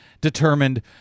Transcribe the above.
determined